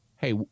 hey